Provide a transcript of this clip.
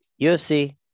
UFC